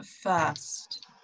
first